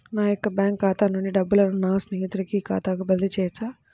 నా యొక్క బ్యాంకు ఖాతా నుండి డబ్బులను నా స్నేహితుని ఖాతాకు బదిలీ చేయవచ్చా?